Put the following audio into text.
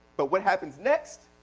but what happens next